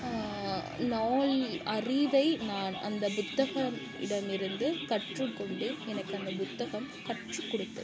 நாள் அறிவை நான் அந்த புத்தகம் இடமிருந்து கற்றுக்கொண்டு எனக்கு அந்த புத்தகம் கற்றுக்கொடுத்தது